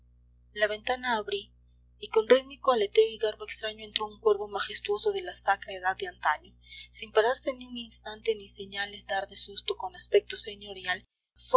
la ventana abrí y con rítmico aleteo y garbo extraño entró un cuervo majestuoso de la sacra edad de antaño sin pararse ni un instante ni señales dar de susto con aspecto señorial